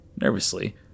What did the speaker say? Nervously